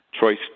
Choice